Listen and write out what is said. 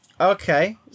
Okay